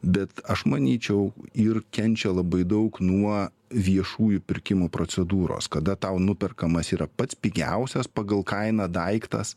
bet aš manyčiau ir kenčia labai daug nuo viešųjų pirkimų procedūros kada tau nuperkamas yra pats pigiausias pagal kainą daiktas